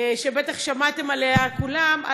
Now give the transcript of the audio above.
שבטח שמעתם עליה כולם,